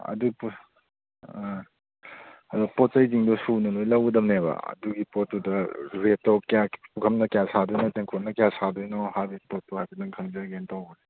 ꯑꯗꯨ ꯄꯣꯠ ꯑꯗꯣ ꯄꯣꯠ ꯆꯩꯁꯤꯡꯗꯣ ꯁꯨꯅ ꯂꯣꯏꯅ ꯂꯧꯒꯗꯕꯅꯦꯕ ꯑꯗꯨꯒꯤ ꯄꯣꯠꯇꯨꯗ ꯔꯦꯠꯇꯣ ꯀꯌꯥ ꯄꯨꯈꯝꯅ ꯀꯌꯥꯝ ꯁꯥꯒꯗꯣꯏꯅꯣ ꯇꯦꯡꯀꯣꯠꯅ ꯀꯌꯥ ꯁꯥꯒꯗꯣꯏꯅꯣ ꯍꯥꯏꯕꯒꯤ ꯄꯣꯠꯇꯣ ꯍꯥꯏꯐꯦꯠꯇꯪ ꯈꯪꯖꯒꯦꯅ ꯇꯧꯕꯅꯤ